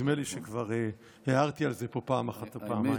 נדמה לי שכבר הערתי על זה פה פעם אחת או פעמיים.